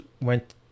went